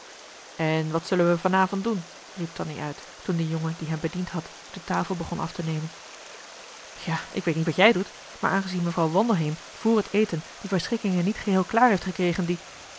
en wat zullen wij van avond doen riep tonie uit toen de jongen die hen bediend had de tafel begon aftenemen ja ik weet niet wat jij doet maar aangezien mevrouw wandelheem voor het eten de verschikkingen niet geheel klaar heeft gekregen die